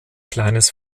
kleines